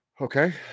okay